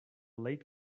late